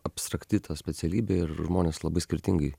abstrakti ta specialybė ir žmonės labai skirtingai